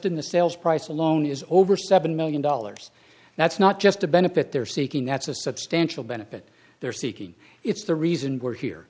the sales price alone is over seven million dollars that's not just a benefit they're seeking that's a substantial benefit they're seeking it's the reason we're